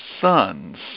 sons